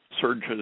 surges